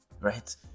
right